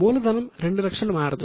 మూలధనం 200000 మారదు